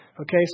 Okay